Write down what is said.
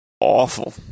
awful